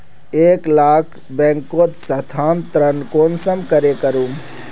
एक खान बैंकोत स्थानंतरण कुंसम करे करूम?